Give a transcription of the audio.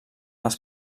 les